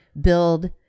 build